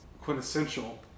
quintessential